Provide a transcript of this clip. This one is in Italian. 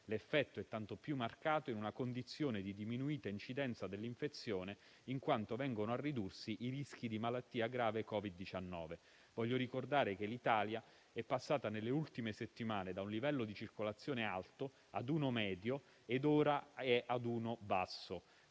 L'effetto è tanto più marcato in una condizione di diminuita incidenza dell'infezione in quanto vengono a ridursi i rischi di malattia grave Covid-19. Voglio ricordare che l'Italia è passata nelle ultime settimane da un livello di circolazione alto ad uno medio ed ora è ad uno basso.